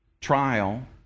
trial